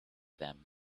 them